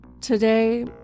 Today